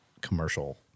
commercial